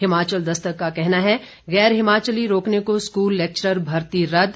हिमाचल दस्तक का कहना है गैर हिमाचली रोकने को स्कूल लेक्चरर भर्ती रदद